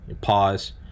Pause